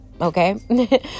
okay